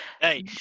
Hey